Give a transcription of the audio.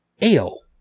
Ale